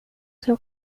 seu